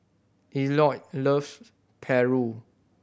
Elliot love paru